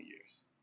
years